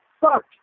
fuck